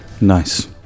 nice